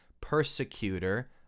persecutor